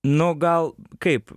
nu gal kaip